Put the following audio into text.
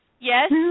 Yes